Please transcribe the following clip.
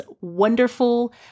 wonderful